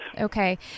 Okay